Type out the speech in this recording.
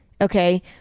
Okay